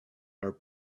are